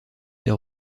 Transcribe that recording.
ses